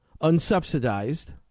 Unsubsidized